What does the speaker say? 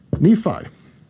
Nephi